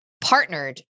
partnered